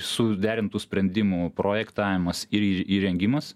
suderintų sprendimų projektavimas ir įrengimas